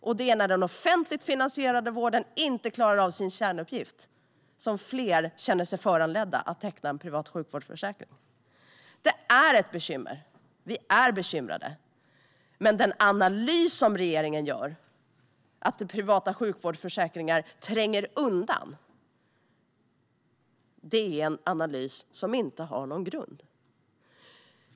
Och det är när den offentligt finansierade vården inte klarar av sin kärnuppgift som fler känner sig föranledda att teckna en privat sjukvårdsförsäkring. Detta är ett bekymmer. Vi är bekymrade. Men den analys som regeringen gör - att privata sjukvårdsförsäkringar tränger undan - har ingen grund.